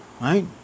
right